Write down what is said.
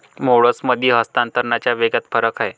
मोड्समधील हस्तांतरणाच्या वेगात फरक आहे